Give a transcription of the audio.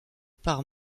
par